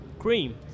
Cream